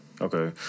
Okay